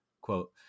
Quote